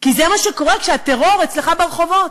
כי זה מה שקורה כשהטרור אצלך ברחובות: